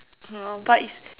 !huh! but it's